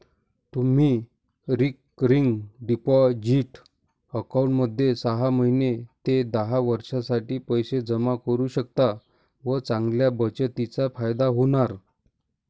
तुम्ही recurring deposit अकाउंटमध्ये सहा महिने ते दहा वर्षांसाठी पैसे जमा करू शकता व चांगल्या बचतीचा फायदा होणार